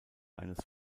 eines